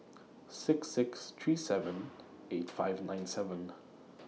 six six three seven eight five nine seven